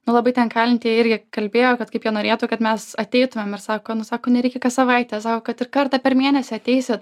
nelabai ten kalintieji irgi kalbėjo kad kaip jie norėtų kad mes ateitumėm ir sako nu sako nereikia kas savaitę sako kad ir kartą per mėnesį ateisit